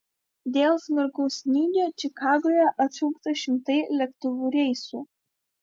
dėl smarkaus snygio čikagoje atšaukta šimtai lėktuvų reisų